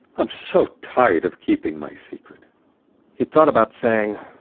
i'm so tired of keeping my secret he thought about saying,